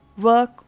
work